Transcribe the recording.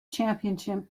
championship